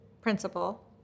principal